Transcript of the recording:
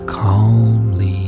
calmly